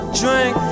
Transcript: drink